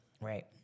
Right